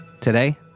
Today